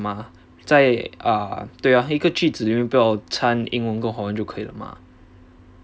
对啊在一个句子里面不要参英文跟华文就可以了嘛